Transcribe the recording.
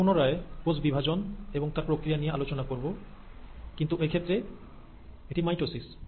আমরা পুনরায় কোষ বিভাজন এবং তার প্রক্রিয়া নিয়ে আলোচনা করব কিন্তু এক্ষেত্রে এটি মাইটোসিস